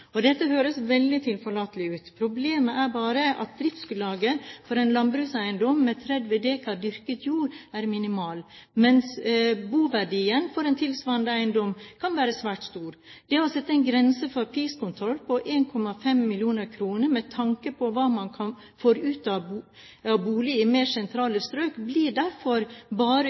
Dette høres veldig tilforlatelig ut. Problemet er bare at driftsgrunnlaget for en landbrukseiendom med 30 dekar dyrket jord er minimal, mens boverdien for en tilsvarende eiendom kan være svært stor. Det å sette en grense for priskontroll på 1,5 mill. kr med tanke på hva man får ut av bolig i mer sentrale strøk blir derfor bare